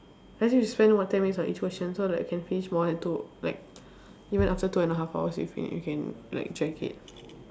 as in you spend about ten minutes on each question so that we can finish more than two like even after two and half hours if you you can like drag it